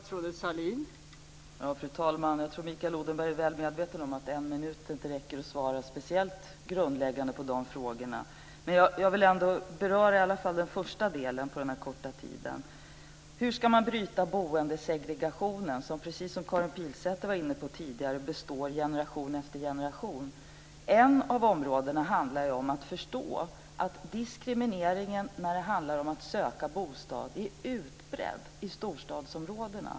Fru talman! Jag tror att Mikael Odenberg är väl medveten om att en minut inte räcker för att svara särskilt grundläggande på dessa frågor. Men jag vill ändå beröra i alla fall den första delen på denna kort tid. Hur ska man bryta boendesegregationen som, precis som Karin Pilsäter var inne på tidigare, består generation efter generation? Ett av områdena handlar ju om att förstå att diskrimineringen vid sökandet efter bostad är utbredd i storstadsområdena.